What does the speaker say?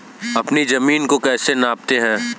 अपनी जमीन को कैसे नापते हैं?